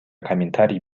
комментарий